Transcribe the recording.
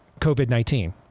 COVID-19